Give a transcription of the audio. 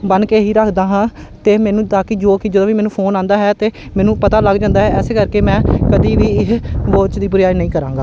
ਬੰਨ ਕੇ ਹੀ ਰੱਖਦਾ ਹਾਂ ਅਤੇ ਮੈਨੂੰ ਤਾਂ ਕਿ ਜੋ ਕਿ ਜਦੋਂ ਵੀ ਮੈਨੂੰ ਫੋਨ ਆਉਂਦਾ ਹੈ ਤਾਂ ਮੈਨੂੰ ਪਤਾ ਲੱਗ ਜਾਂਦਾ ਹੈ ਇਸ ਕਰਕੇ ਮੈਂ ਕਦੀ ਵੀ ਇਹ ਵੋਚ ਦੀ ਬੁਰਿਆਈ ਨਹੀਂ ਕਰਾਂਗਾ